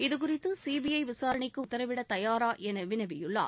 இதுகுறித்து சிபிஐ விசாரணைக்கு உத்தரவிட தயாரா என வினவியுள்ளார்